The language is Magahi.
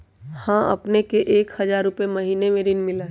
हां अपने के एक हजार रु महीने में ऋण मिलहई?